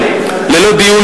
חברת הכנסת ציפי לבני,